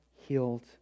healed